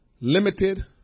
Limited